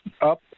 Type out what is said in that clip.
up